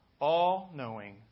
all-knowing